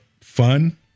fun